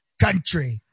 country